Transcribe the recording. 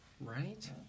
Right